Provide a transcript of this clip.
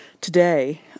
Today